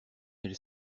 elle